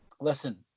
listen